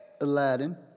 Aladdin